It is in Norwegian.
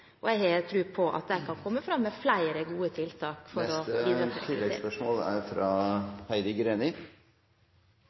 og jeg har tro på at den kan komme fram med flere gode tiltak.